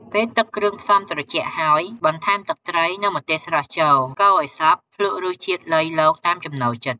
ពេលទឹកគ្រឿងផ្សំត្រជាក់ហើយ បន្ថែមទឹកត្រី និងម្ទេសស្រស់ ចូល កូរឲ្យសព្វ ភ្លក់រសជាតិលៃលកតាមចំណូលចិត្ត។